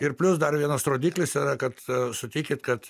ir plius dar vienas rodiklis yra kad sutikit kad